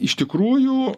iš tikrųjų